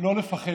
לא לפחד,